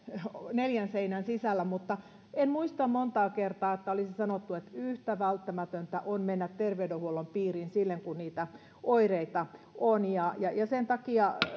neljän seinän sisällä mutta en muista montaa kertaa että olisi sanottu että yhtä välttämätöntä on mennä terveydenhuollon piiriin silloin kun niitä oireita on sen takia